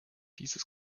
dieses